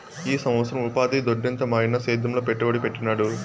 ఈ సంవత్సరం ఉపాధి దొడ్డెంత మాయన్న సేద్యంలో పెట్టుబడి పెట్టినాడు